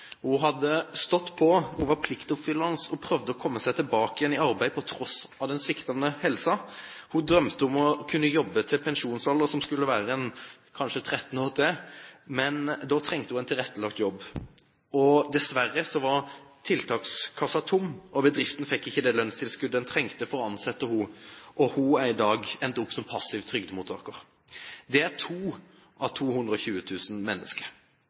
Hun hadde stått på. Hun var pliktoppfyllende, og hun prøvde å komme seg tilbake i arbeid på tross av den sviktende helsen. Hun drømte om å kunne jobbe til pensjonsalder, altså kanskje jobbe 13 år til, men da trengte hun en tilrettelagt jobb. Dessverre var tiltakskassen tom, og bedriften fikk ikke det lønnstilskuddet den trengte for å ansette henne. Hun har i dag endt opp som passiv trygdemottaker. Dette er to av 220 000 mennesker.